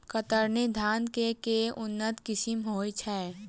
कतरनी धान केँ के उन्नत किसिम होइ छैय?